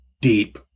deep